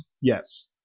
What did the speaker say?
Yes